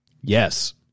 Yes